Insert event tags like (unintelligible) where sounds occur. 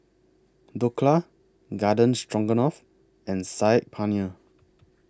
Dhokla Garden (unintelligible) Stroganoff and Saag Paneer